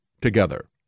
together